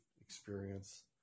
experience